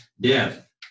death